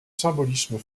symbolisme